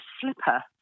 slipper